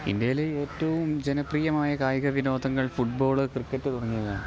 ഇൻഡ്യയില് ഏറ്റവും ജനപ്രിയമായ കായിക വിനോദങ്ങൾ ഫുട് ബോള് ക്രിക്കറ്റ് തുടങ്ങിയവയാണ്